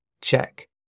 check